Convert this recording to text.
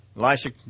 Elisha